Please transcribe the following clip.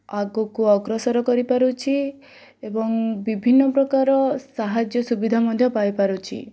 ଆଗକୁ ଅଗ୍ରସର କରିପାରୁଛି ଏବଂ ବିଭିନ୍ନପ୍ରକାର ସାହାଯ୍ୟ ସୁବିଧା ମଧ୍ୟ ପାଇପାରୁଛି